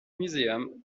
museum